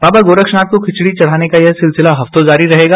बाबा गोरक्षनाथ को खिचड़ी चढ़ाने का यह सिलसिला हफ़्तों जारी रहेगा